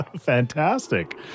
Fantastic